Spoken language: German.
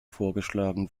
vorgeschlagen